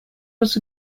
was